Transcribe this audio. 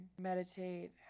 Meditate